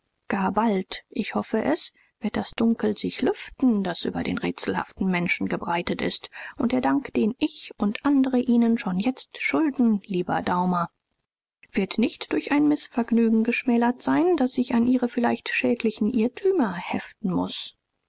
gar bald ich hoffe es wird das dunkel sich lüften das über den rätselhaften menschen gebreitet ist und der dank den ich und andre ihnen schon jetzt schulden lieber daumer wird nicht durch ein mißvergnügen geschmälert sein das sich an ihre vielleicht schädlichen irrtümer heften muß